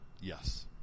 Yes